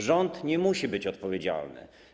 Rząd nie musi być odpowiedzialny.